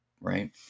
right